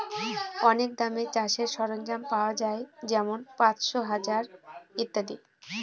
অনেক দামে চাষের সরঞ্জাম পাওয়া যাই যেমন পাঁচশো, হাজার ইত্যাদি